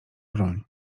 broń